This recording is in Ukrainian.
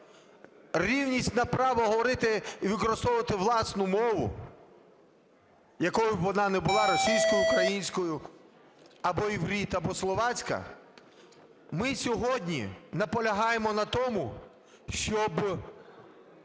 рівність на право говорити і використовувати власну мову, якою б вона не була: російською, українською або іврит, або словатська, - ми сьогодні наполягаємо на тому, щоб